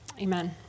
Amen